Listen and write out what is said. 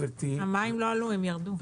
המים לא עלו, הם ירדו.